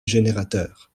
générateur